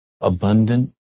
abundant